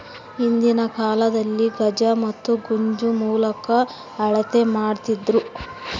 ಹಿಂದಿನ ಕಾಲದಲ್ಲಿ ಗಜ ಮತ್ತು ಜಂಗು ಮೂಲಕ ಅಳತೆ ಮಾಡ್ತಿದ್ದರು